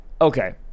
Okay